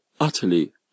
utterly